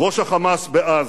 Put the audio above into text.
ראש ה"חמאס" בעזה?